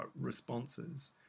responses